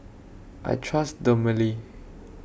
I Trust Dermale